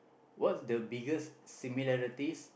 what's the biggest similarities